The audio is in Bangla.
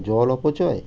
জল অপচয়